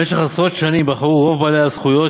במשך עשרות שנים בחרו רוב בעלי הזכויות